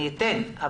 אני אתן,